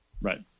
Right